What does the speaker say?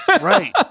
right